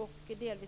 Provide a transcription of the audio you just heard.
Man